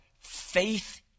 faith